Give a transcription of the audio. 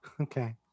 Okay